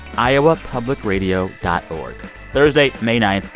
iowapublicradio dot org thursday, may nine,